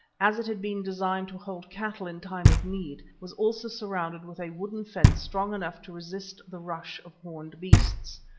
as it had been designed to hold cattle in time of need, was also surrounded with a wooden fence strong enough to resist the rush of horned beasts.